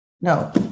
No